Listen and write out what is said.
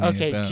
Okay